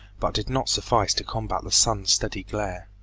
but did not suffice to combat the sun's steady glare.